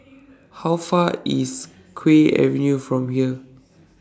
How Far IS Kew Avenue from here